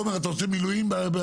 תומר, אתה עושה מילואים באוצר?